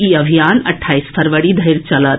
ई अभियान अठाईस फरवरी धरि चलत